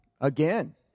Again